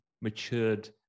matured